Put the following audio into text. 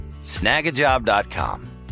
Snagajob.com